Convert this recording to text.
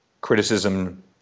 criticism